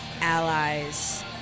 allies